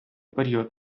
період